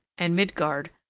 and midgard,